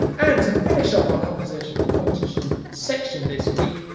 and to finish off our competition and competition section this week,